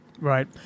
Right